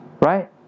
Right